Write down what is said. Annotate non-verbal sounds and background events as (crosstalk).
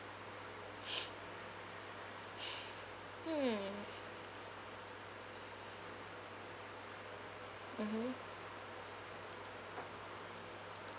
(noise) hmm mmhmm